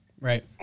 Right